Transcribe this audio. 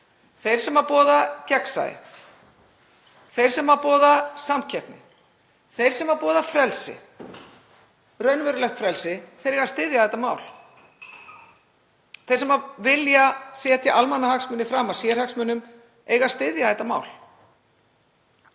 þeir sem boða gegnsæi, þeir sem boða samkeppni, þeir sem boða frelsi, raunverulegt frelsi, eiga að styðja þetta mál. Þeir sem vilja setja almannahagsmuni framar sérhagsmunum eiga að styðja þetta mál.